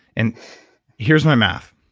and here's my math.